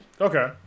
Okay